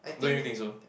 don't you think so